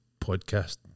podcast